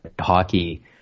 hockey